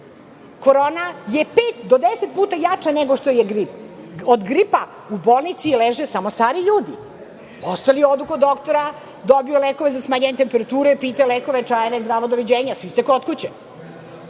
Korona je pet do deset puta jača nego što je grip. Od gripa u bolnici leže samo stariji ljudi, ostali odu kod doktora, dobiju lekove za smanjenje temperature, pijte lekove, čajeve, zdravo-doviđenja, svi ste kod